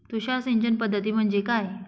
तुषार सिंचन पद्धती म्हणजे काय?